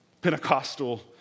Pentecostal